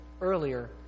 earlier